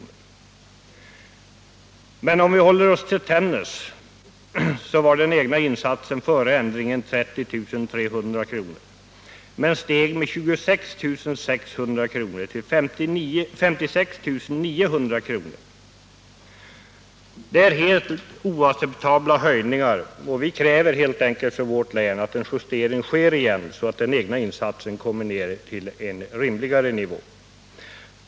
Om vi däremot håller oss till Tännäs så var den egna insatsen före ändringen 30 300 kr. men steg med 26 600 kr. till 56 900 kr. Det är helt oacceptabla höjningar, och vi kräver helt enkelt från vårt län att en justering sker så att den egna insatsen kommer ner till en rimlig nivå.